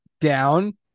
Down